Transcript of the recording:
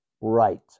right